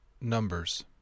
Numbers